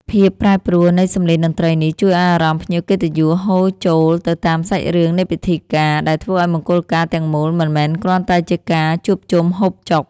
ភាពប្រែប្រួលនៃសម្លេងតន្ត្រីនេះ ជួយឱ្យអារម្មណ៍ភ្ញៀវកិត្តិយសហូរចូលទៅតាមសាច់រឿងនៃពិធីការ ដែលធ្វើឱ្យមង្គលការទាំងមូលមិនមែនគ្រាន់តែជាការជួបជុំហូបចុក